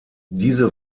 diese